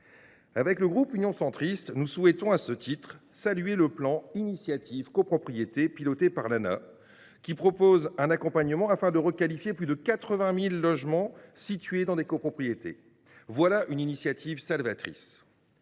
du groupe Union Centriste saluent le plan Initiative Copropriétés, piloté par l’Anah, qui propose un accompagnement, afin de requalifier plus de 80 000 logements situés dans des copropriétés. Voilà une initiative salvatrice